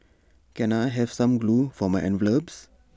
can I have some glue for my envelopes